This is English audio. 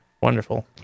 Wonderful